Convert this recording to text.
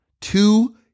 Two